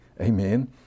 Amen